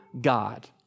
God